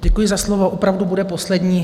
Děkuji za slovo, opravdu bude poslední.